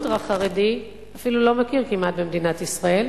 האולטרה-חרדי, אפילו לא מכיר כמעט במדינת ישראל,